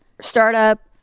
startup